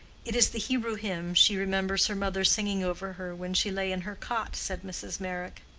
it is the hebrew hymn she remembers her mother singing over her when she lay in her cot, said mrs. meyrick.